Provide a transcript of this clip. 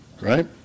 right